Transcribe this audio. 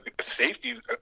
safety